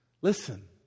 Listen